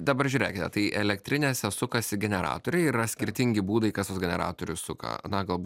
dabar žiūrėkite tai elektrinėse sukasi generatoriai ir yra skirtingi būdai kas tuos generatorius suka na galbūt